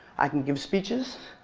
i can give speeches.